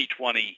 2020